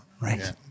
Right